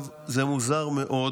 מוזר מאוד